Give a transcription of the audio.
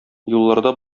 юлларда